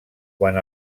quan